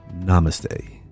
Namaste